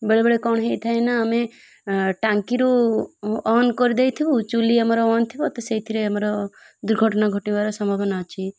ବେଳେବେଳେ କ'ଣ ହୋଇଥାଏ ନା ଆମେ ଟାଙ୍କିରୁ ଅନ୍ କରିଦେଇଥିବୁ ଚୁଲି ଆମର ଅନ୍ ଥିବ ତ ସେଇଥିରେ ଆମର ଦୁର୍ଘଟଣା ଘଟିବାର ସମ୍ଭାବନା ଅଛି